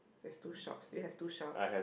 there's two shops do you have two shops